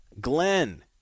Glenn